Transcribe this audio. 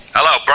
Hello